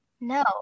No